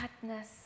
sadness